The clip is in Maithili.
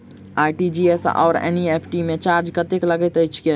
आर.टी.जी.एस आओर एन.ई.एफ.टी मे चार्ज कतेक लैत अछि बैंक?